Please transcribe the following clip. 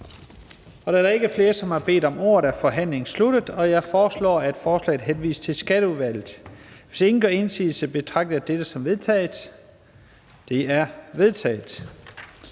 Da der ikke er flere, der har bedt om ordet, er forhandlingen sluttet. Jeg foreslår, at lovforslaget henvises til Skatteudvalget. Hvis ingen gør indsigelse mod dette, betragter jeg det som vedtaget. Det er vedtaget.